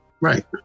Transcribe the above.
Right